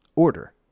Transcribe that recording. order